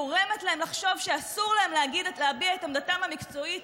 גורמת להם לחשוב שאסור להם להביע את עמדתם המקצועית,